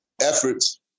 efforts